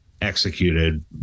executed